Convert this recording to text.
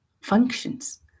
functions